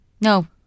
no